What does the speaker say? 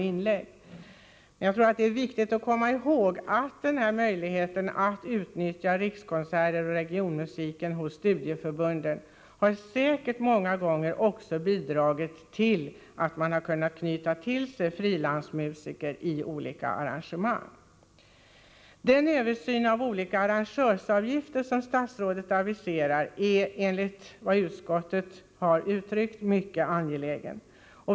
Det är viktigt att komma ihåg att denna möjlighet att utnyttja Rikskonserter och regionmusiken hos studieförbunden säkert många gånger har bidragit till att man kunnat knyta till sig frilansmusiker i olika arrangemang. Den översyn av olika arrangörsavgifter som statsrådet aviserar är enligt utskottets mening mycket angelägen.